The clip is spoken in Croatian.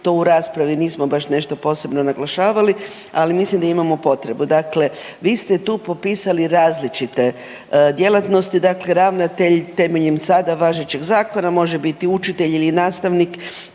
to u raspravi nismo baš nešto posebno naglašavali, ali mislim da imamo potrebu. Dakle, vi ste tu popisali različite djelatnosti dakle ravnatelj temeljem sada važećeg zakona može biti učitelj ili nastavnik